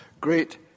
great